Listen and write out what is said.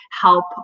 help